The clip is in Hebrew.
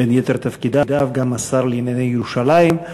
בין יתר תפקידיו גם השר לענייני ירושלים.